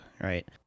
right